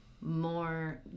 more